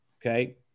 Okay